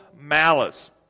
malice